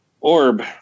orb